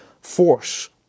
Force